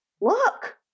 look